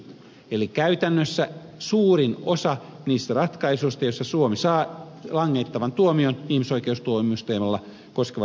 eli käytännössä suurin osa niistä ratkaisuista joissa suomi saa langettavan tuomion ihmisoikeustuomioistuimelta koskee juuri oikeudenkäyntien pituutta